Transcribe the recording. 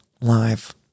live